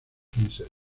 princess